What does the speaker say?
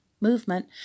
movement